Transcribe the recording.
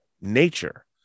nature